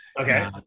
Okay